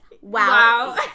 Wow